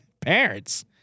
Parents